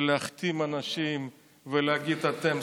להכתים אנשים ולהגיד, תודה רבה.